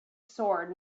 sword